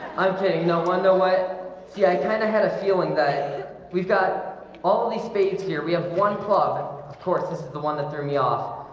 i'm kidding. no one know what see i kind of had a feeling that we've got all these spades here we have one club. of course. this is the one that threw me off,